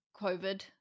COVID